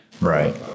Right